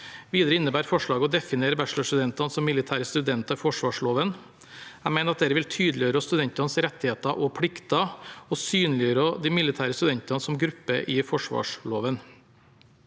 Videre innebærer forslaget å definere bachelorstudentene som «militære studenter» i forsvarsloven. Jeg mener dette vil tydeliggjøre studentenes rettigheter og plikter og synliggjøre de militære studentene som gruppe i forsvarsloven.